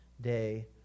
Day